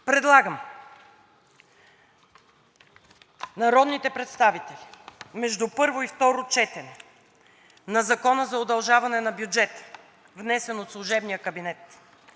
Предлагам: народните представители между първо и второ четене на Закона за удължаване на бюджета, внесен от служебния кабинет,